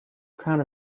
crown